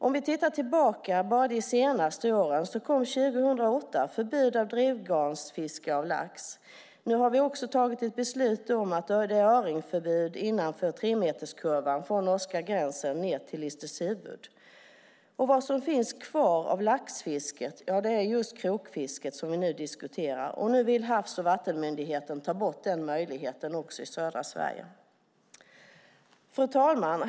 För att göra en återblick bara på de senaste åren: År 2008 kom ett förbud mot drivgarnsfiske av lax. Nu har vi också fattat beslut om öringförbud innanför tremeterskurvan, från norska gränsen och ned till Listershuvud. Vad som finns kvar av laxfisket är det krokfiske som vi nu diskuterar. Nu vill Havs och vattenmyndigheten ta bort den möjligheten också i södra Sverige. Fru talman!